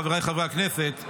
חבריי חברי הכנסת,